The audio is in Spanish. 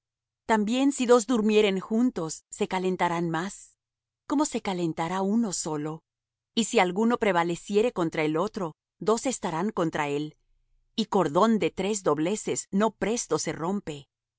también si dos durmieren juntos se calentarán mas cómo se calentará uno solo y si alguno prevaleciere contra el uno dos estarán contra él y cordón de tres dobleces no presto se rompe